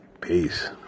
Peace